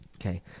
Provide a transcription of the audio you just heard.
Okay